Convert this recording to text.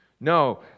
No